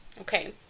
Okay